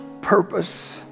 purpose